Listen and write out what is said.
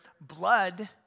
blood